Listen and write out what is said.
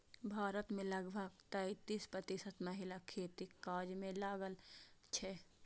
भारत मे लगभग तैंतीस प्रतिशत महिला खेतीक काज मे लागल छै